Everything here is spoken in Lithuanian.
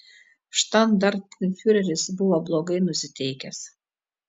štandartenfiureris buvo blogai nusiteikęs